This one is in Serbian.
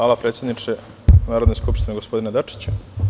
Hvala predsedniče Narodne skupštine gospodine Dačiću.